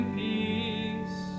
peace